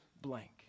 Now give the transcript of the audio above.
blank